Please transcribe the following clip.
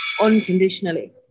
unconditionally